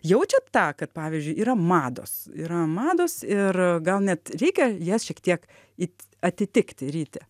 jaučiat tą kad pavyzdžiui yra mados yra mados ir gal net reikia jas šiek tiek atitikti ryti